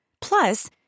Plus